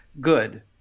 good